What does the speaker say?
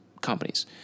companies